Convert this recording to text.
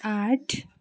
आठ